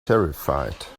terrified